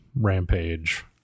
Rampage